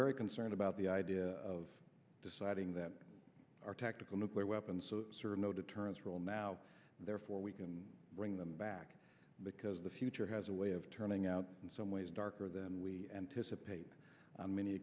very concerned about the idea of deciding that our tactical nuclear weapons serve no deterrence role now therefore we can bring them back because the future has a way of turning out in some ways darker than we anticipated on many